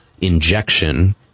Injection